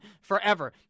forever